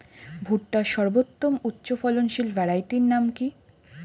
ভুট্টার সর্বোত্তম উচ্চফলনশীল ভ্যারাইটির নাম কি?